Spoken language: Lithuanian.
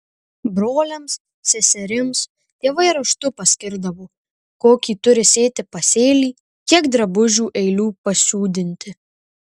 broliams seserims tėvai raštu paskirdavo kokį turi sėti pasėlį kiek drabužių eilių pasiūdinti